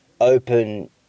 open